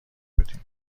بودیم